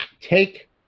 Take